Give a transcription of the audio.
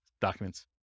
documents